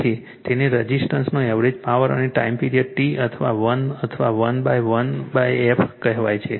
તેથી તેને રઝિસ્ટરનો એવરેજ પાવર અને ટાઈમ પિરિયડ T અથવા 1 અથવા 1 1f કહેવાય છે